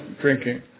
drinking